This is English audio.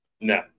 No